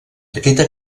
aquesta